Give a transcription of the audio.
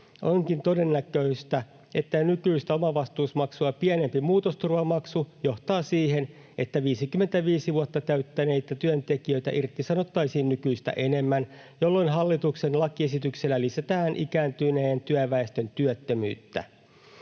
Onkin todennäköistä, että nykyistä omavastuumaksua pienempi muutosturvamaksu johtaa siihen, että 55 vuotta täyttäneitä työntekijöitä irtisanottaisiin nykyistä enemmän, jolloin hallituksen lakiesityksellä lisätään ikääntyneen työväestön työttömyyttä.